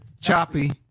Choppy